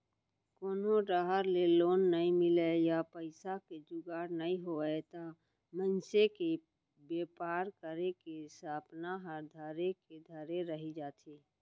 कोनो डाहर ले लोन नइ मिलय या पइसा के जुगाड़ नइ होवय त मनसे के बेपार करे के सपना ह धरे के धरे रही जाथे